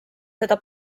seda